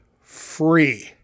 free